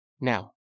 Now